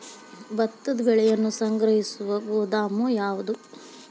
ಭತ್ತದ ಬೆಳೆಯನ್ನು ಸಂಗ್ರಹಿಸುವ ಗೋದಾಮು ಯಾವದು?